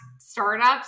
startups